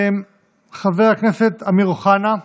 חבר הכנסת אמיר אוחנה,